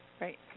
Right